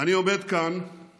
אני עומד כאן